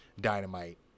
Dynamite